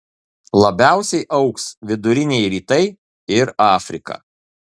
labiausiai augs viduriniai rytai ir afrika